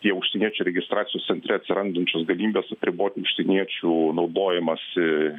tie užsieniečių registracijos centre atsirandančios galimybės apriboti užsieniečių naudojimąsi